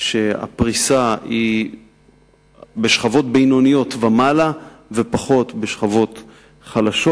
שהפריסה היא בשכבות בינוניות ומעלה ופחות בשכבות חלשות,